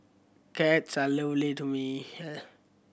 cats are lovely to me